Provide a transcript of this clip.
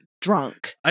drunk